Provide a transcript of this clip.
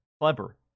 clever